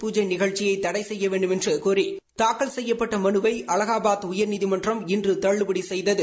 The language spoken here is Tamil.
பூஜை நிகழ்ச்சியை தடை செய்ய வேண்டுமென்று கோரி தாக்கல் செய்யப்பட்ட மனுவை அலகாபாத் உயர்நீதிமன்றம் இன்று தள்ளுபடி செய்தது